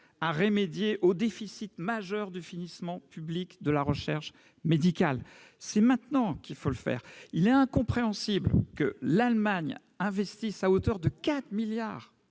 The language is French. urgente au déficit majeur de financement public de la recherche médicale. C'est maintenant qu'il faut le faire ! Il est incompréhensible que l'Allemagne investisse à hauteur de 4 milliards